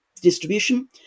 distribution